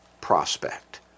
prospect